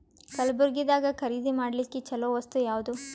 ಕಲಬುರ್ಗಿದಾಗ ಖರೀದಿ ಮಾಡ್ಲಿಕ್ಕಿ ಚಲೋ ವಸ್ತು ಯಾವಾದು?